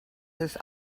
his